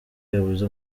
yabuze